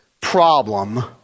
problem